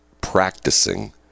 practicing